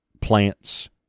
plants